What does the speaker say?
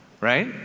right